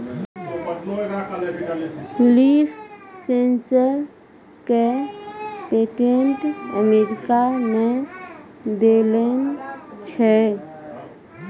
Leaf sensor क patent America ने देलें छै?